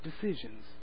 decisions